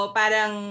parang